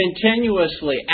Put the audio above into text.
continuously